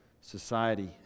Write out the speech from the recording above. society